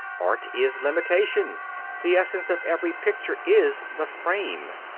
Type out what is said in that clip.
art is limitation the essence of every picture is the frame.